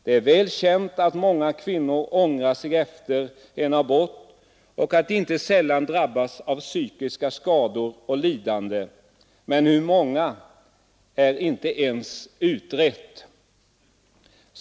Det är väl känt att många kvinnor ångrar sig efter en abort och att de inte sällan drabbas av psykiska skador och lidanden — men hur många är inte ens utrett.